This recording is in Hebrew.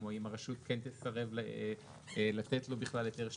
או אם הרשות כן תסרב לתת לו בכלל היתר שליטה,